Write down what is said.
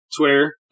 Twitter